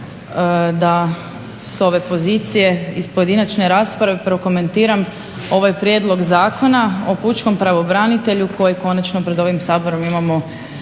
da s ove pozicije iz pojedinačne rasprave prokomentiram ovaj prijedlog Zakona o pučkom pravobranitelju koji konačno pred ovim Saborom imamo